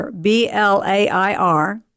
B-L-A-I-R